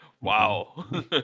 Wow